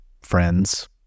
friends